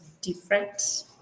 different